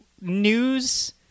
news